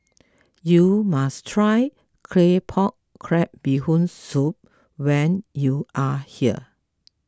you must try Claypot Crab Bee Hoon Soup when you are here